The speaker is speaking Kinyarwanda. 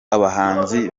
abahanzi